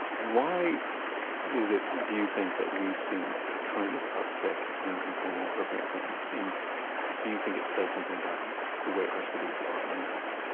why is it, do you think, that we've seen a kind of uptick in informal urbanism, and do you think it says something about the way our cities are now?